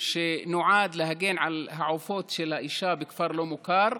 שנועד להגן על העופות של האישה בכפר לא מוכר,